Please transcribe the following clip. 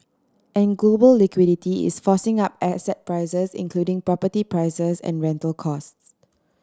and global liquidity is forcing up a asset prices including property prices and rental costs